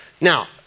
Now